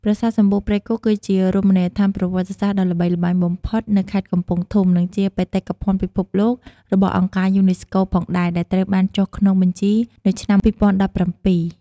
ប្រាសាទសំបូរព្រៃគុក គឺជារមណីយដ្ឋានប្រវត្តិសាស្ត្រដ៏ល្បីល្បាញបំផុតនៅខេត្តកំពង់ធំ និងជាបេតិកភណ្ឌពិភពលោករបស់អង្គការយូណេស្កូផងដែរដែលត្រូវបានចុះក្នុងបញ្ជីនៅឆ្នាំ ២០១៧។